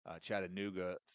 Chattanooga